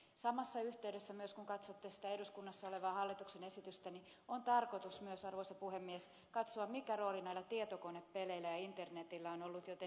samassa yhteydessä myös kun katsotte sitä eduskunnassa olevaa hallituksen esitystä on tarkoitus arvoisa puhemies katsoa mikä rooli näillä tietokonepeleillä ja internetillä on ollut joten ed